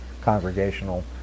congregational